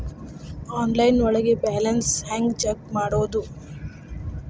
Online ಒಳಗೆ balance ಹ್ಯಾಂಗ check ಮಾಡೋದು?